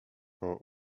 koło